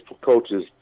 coaches